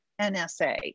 NSA